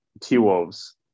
T-Wolves